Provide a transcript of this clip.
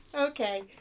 Okay